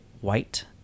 white